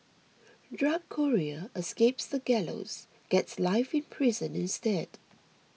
drug courier escapes the gallows gets life in prison instead